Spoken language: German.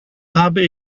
habe